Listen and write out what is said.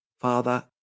Father